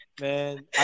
man